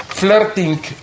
Flirting